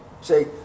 Say